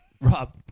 Rob